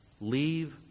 Leave